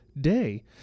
day